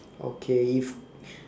okay if